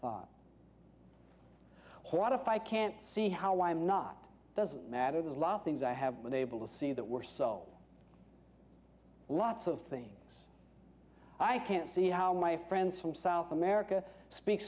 that what if i can't see how i am not doesn't matter there's a lot of things i have been able to see that were so lots of things i can't see how my friends from south america speak